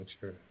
Sure